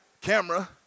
camera